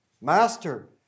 Master